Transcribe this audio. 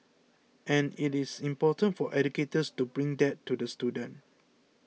and it is important for educators to bring that to the student